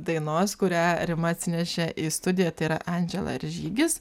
dainos kurią rima atsinešė į studiją tai yra andžela ir žygis